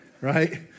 right